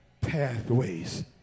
pathways